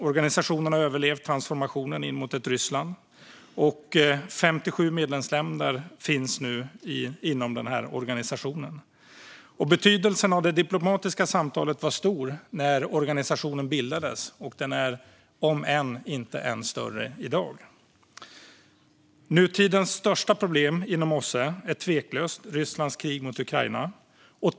OSSE har överlevt transformationen till Ryssland, och 57 medlemsländer finns nu inom organisationen. Betydelsen av det diplomatiska samtalet var stor när organisationen bildades, och den är stor än i dag. Nutidens största problem inom OSSE är tveklöst Rysslands krig mot Ukraina.